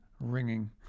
ringing